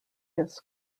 this